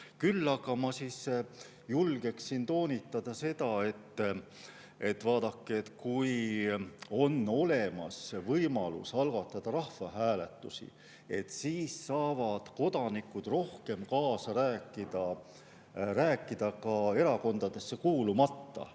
Küll aga ma julgeksin toonitada, et vaadake, kui on olemas võimalus algatada rahvahääletusi, siis saavad kodanikud rohkem kaasa rääkida, ka erakondadesse kuulumata.